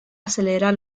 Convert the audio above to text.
acelerar